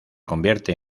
convierte